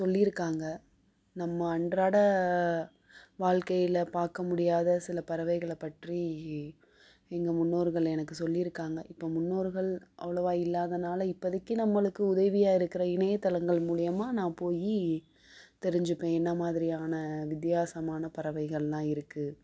சொல்லியிருக்காங்க நம்ம அன்றாடய வாழ்க்கையில பார்க்க முடியாத சில பறவைகள பற்றி எங்கள் முன்னோர்கள் எனக்கு சொல்லியிருக்காங்க இப்ப முன்னோர்கள் அவ்வளோவா இல்லாதனால் இப்போதைக்கு நம்மளுக்கு உதிவியாக இருக்கிற இணையதளங்கள் மூலிமா நான் போய் தெரிஞ்சிப்பேன் என்ன மாதிரியான வித்தியாசமான பறவைகளெலாம் இருக்குது